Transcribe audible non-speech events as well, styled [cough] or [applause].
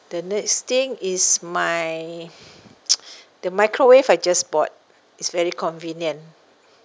the next thing is my [noise] the microwave I just bought it's very convenient